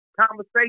conversation